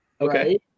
Okay